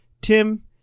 Tim